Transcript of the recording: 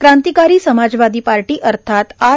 क्रांतीकारी समाजवादी पार्टी अर्थात आर